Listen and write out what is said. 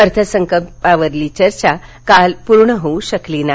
अर्थसंकल्पावरील चर्चा काल पूर्ण होऊ शकली नाही